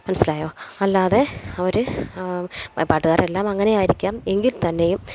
മനസ്സിലായോ അല്ലാതെ അവർ പാട്ടുകാരെല്ലാം അങ്ങനെ ആയിരിക്കാം എങ്കിൽ തന്നെയും